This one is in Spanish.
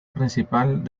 principal